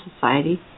Society